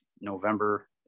November